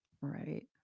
Right